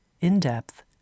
in-depth